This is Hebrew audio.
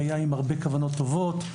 מעבר שהיה עם הרבה כוונת טובות,